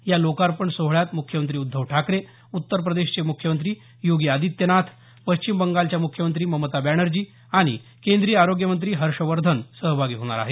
या लोकार्पण सोहळ्यात मुख्यमंत्री उद्धव ठाकरे उत्तर प्रदेशचे मुख्यमंत्री योगी आदित्यनाथ पश्चिम बंगालच्या मुख्यमंत्री ममता बॅनर्जी आणि केंद्रीय आरोग्यमंत्री हर्षवर्धन सहभागी होणार आहेत